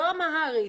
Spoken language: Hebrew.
לא אמהרית,